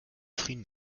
frühen